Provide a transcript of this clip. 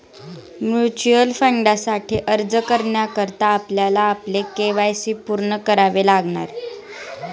mutual फंडासाठी अर्ज करण्याकरता आपल्याला आपले के.वाय.सी पूर्ण करावे लागणार